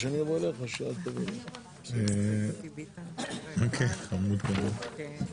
הישיבה ננעלה בשעה 11:25.